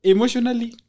Emotionally